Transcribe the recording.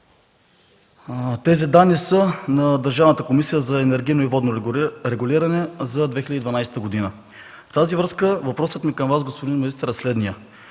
Тези данни са на Държавната комисия за енергийно и водно регулиране за 2012 г. В тази връзка въпросът ми към Вас, господин министър, е следният: